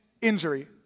injury